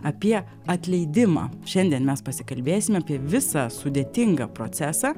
apie atleidimą šiandien mes pasikalbėsime apie visą sudėtingą procesą